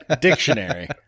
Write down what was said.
Dictionary